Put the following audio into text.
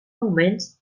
moment